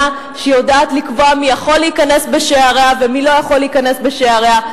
שיודעת לקבוע מי יכול להיכנס בשעריה ומי לא יכול להיכנס בשעריה,